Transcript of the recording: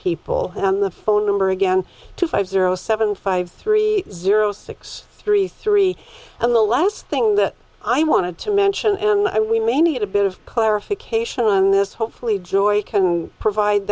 people on the phone number again two five zero seven five three zero six three three and the last thing that i wanted to mention and i we may need a bit of clarification on this hopefully joy can provide